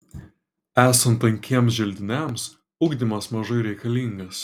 esant tankiems želdiniams ugdymas mažai reikalingas